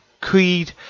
creed